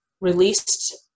released